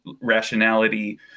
rationality